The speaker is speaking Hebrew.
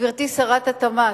גברתי שרת התמ"ת,